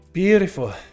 beautiful